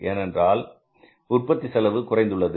ஏனென்றால் உற்பத்தி செலவு குறைந்துள்ளது